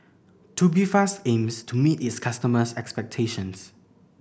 Tubifast aims to meet its customers' expectations